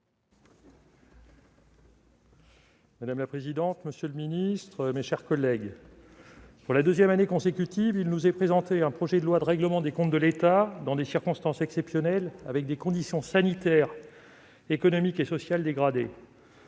Madame la présidente, monsieur le ministre, mes chers collègues, pour la deuxième année consécutive, il nous est présenté un projet de loi de règlement des comptes de l'État dans des circonstances exceptionnelles, avec des conditions sanitaires économiques et sociales dégradées.